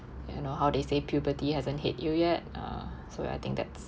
you know how they say puberty hasn't hit you yet uh so ya I think that's